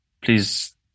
Please